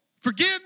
Forgive